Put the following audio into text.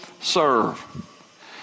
serve